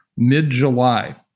mid-July